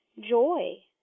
joy